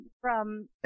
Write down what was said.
from-